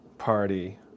Party